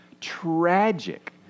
tragic